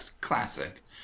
Classic